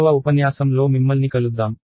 రెండవ ఉపన్యాసం లో మిమ్మల్ని కలుద్దాం